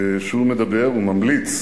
הסנטור קירק, שהוא מדבר, הוא ממליץ